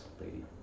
lady